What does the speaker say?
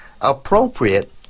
appropriate